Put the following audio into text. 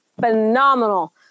phenomenal